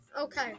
Okay